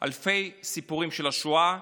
אלפי סיפורי שואה,